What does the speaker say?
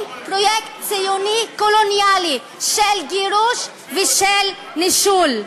פרויקט ציוני קולוניאלי של גירוש ושל נישול.